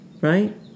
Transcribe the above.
right